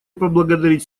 поблагодарить